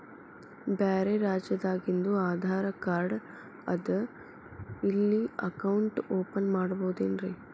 ಬ್ಯಾರೆ ರಾಜ್ಯಾದಾಗಿಂದು ಆಧಾರ್ ಕಾರ್ಡ್ ಅದಾ ಇಲ್ಲಿ ಅಕೌಂಟ್ ಓಪನ್ ಮಾಡಬೋದೇನ್ರಿ?